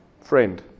Friend